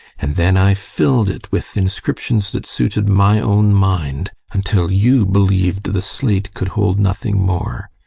and then i filled it with inscriptions that suited my own mind, until you believed the slate could hold nothing more.